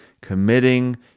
committing